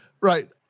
Right